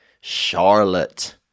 Charlotte